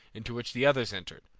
into which the others entered,